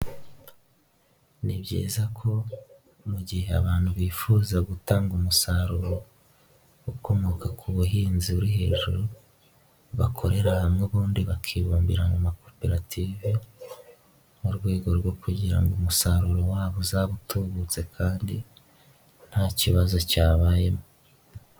Ni byiza ko mu gihe abantu bifuza gutanga umusaruro, ukomoka ku buhinzi buri hejuru, bakorera hamwe ubundi bakibumbira mu makoperative, mu rwego rwo kugira ngo umusaruro wabo uzabe utubutse kandi nta kibazo cyabayemo.